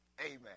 Amen